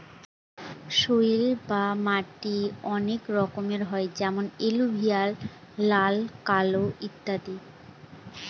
soil বা মাটি অনেক রকমের হয় যেমন এলুভিয়াল, লাল, কালো ইত্যাদি